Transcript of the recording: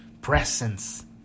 presence